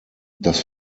das